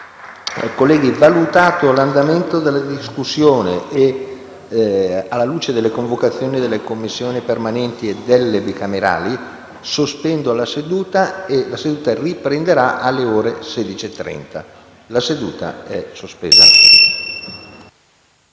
Colleghi, valutato l'andamento della discussione e alla luce delle convocazioni delle Commissioni permanenti e delle Commissioni bicamerali, sospendo la seduta fino alle ore 16,30. *(La seduta, sospesa